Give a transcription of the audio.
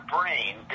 brain